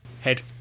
Head